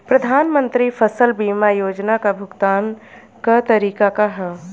प्रधानमंत्री फसल बीमा योजना क भुगतान क तरीकाका ह?